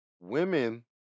Women